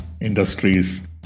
industries